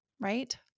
Right